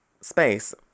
space